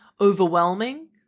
overwhelming